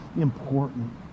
important